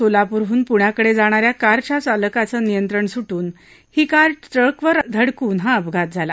सोलापूरहून पूण्याकडे जाणाऱ्या कारच्या चालकाचं नियंत्रण सुट्न ही कार ट्रकवर धडकून हा अपघात झाला